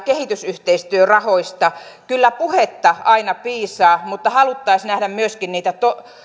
kehitysyhteistyörahoista kyllä puhetta aina piisaa mutta haluttaisi nähdä myöskin niitä